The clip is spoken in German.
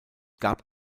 gab